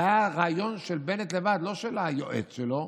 זה היה רעיון של בנט לבד, לא של היועץ שלו,